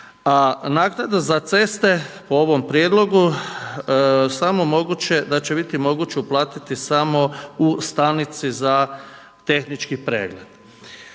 naknada za ceste po ovom prijedlogu samo da će biti moguće uplatiti samo u stanici za tehnički pregled.